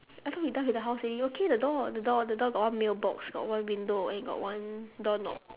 I thought we done with the house already okay the door the door the door got one mailbox got one window and got one doorknob